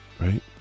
right